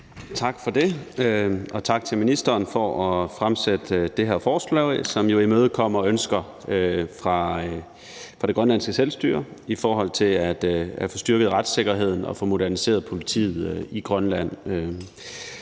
Tak for det. Og tak til ministeren for at fremsætte det her lovforslag, som jo imødekommer ønsker fra det grønlandske selvstyre i forhold til at få styrket retssikkerheden og få moderniseret politiet i Grønland.